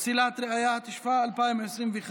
(פסילת ראיה), התשפ"א 2021,